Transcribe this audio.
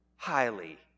highly